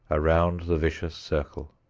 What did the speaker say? around the vicious circle.